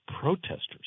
protesters